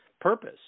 purpose